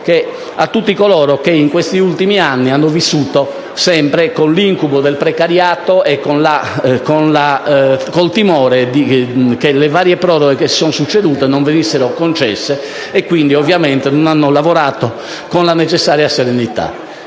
- a tutti coloro che in questi anni hanno vissuto sempre con l'incubo del precariato e col timore che le varie proroghe che si sono succedute non venissero concesse e che quindi non hanno lavorato con la necessaria serenità.